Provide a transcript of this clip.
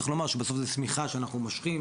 צריך לומר שבסוף זו שמיכה שאנחנו מושכים,